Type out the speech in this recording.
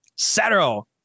Zero